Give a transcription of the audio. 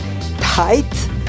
tight